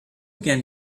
can